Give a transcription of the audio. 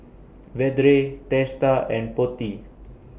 Vedre Teesta and Potti